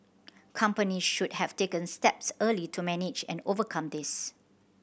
company should have taken steps early to manage and overcome this